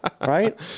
Right